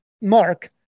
mark